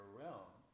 realm